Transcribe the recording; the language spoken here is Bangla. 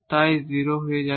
তাই এটি 0 হয়ে যাবে